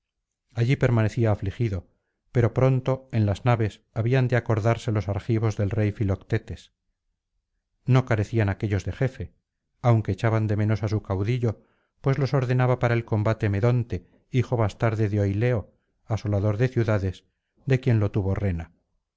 allí permanecía afligido pero pronto en las naves habían de acordarse los argivos del rey filoctetes no carecían aquéllos de jefe aunque echaban de menos á su caudillo pues los ordenaba para el combate medonte hijo bastardo de oileo asolador de ciudades de quien lo tuvo rena